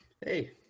Hey